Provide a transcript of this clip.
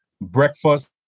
breakfast